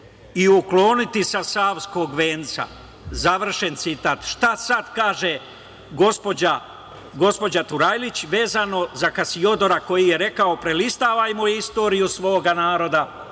i ukloniti sa Savskog Venca“.Šta sad kaže, gospođa Turajlić vezano za Kasiodora koji je rekao: „Prelistavajmo istoriju svoga naroda